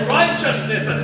righteousness